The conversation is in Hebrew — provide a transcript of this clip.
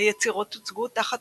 היצירות הוצגו תחת